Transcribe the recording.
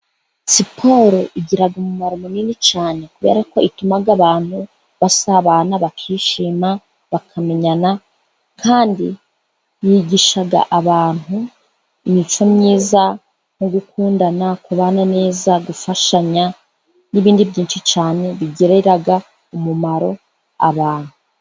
Siporo igira umumaro munini cyane kuberako ituma abantu basabana, bakishima, bakamenyana kandi yigisha abantu imico myiza nko gukundana kubana neza gufashanya n'ibindi byinshi cyane, bigirira umumaro abantu.